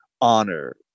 honor